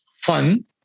fun